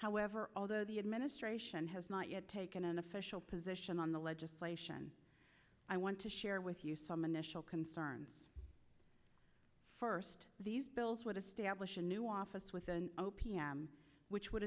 however although the administration has not yet taken an official position on the legislation i want to share with you some initial concerns first these bills what establish a new office within o p m which would